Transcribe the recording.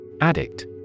Addict